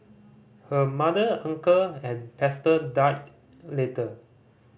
her mother uncle and pastor died later